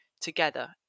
together